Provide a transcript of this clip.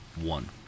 one